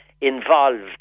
involved